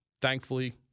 Thankfully